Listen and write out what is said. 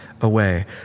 away